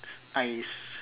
s~ I s~